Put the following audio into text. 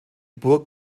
burg